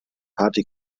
party